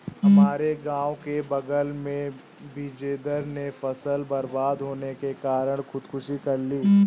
हमारे गांव के बगल में बिजेंदर ने फसल बर्बाद होने के कारण खुदकुशी कर ली